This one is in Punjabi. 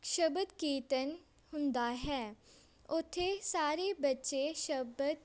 ਸ਼ਬਦ ਕੀਰਤਨ ਹੁੰਦਾ ਹੈ ਉੱਥੇ ਸਾਰੇ ਬੱਚੇ ਸ਼ਬਦ